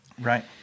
Right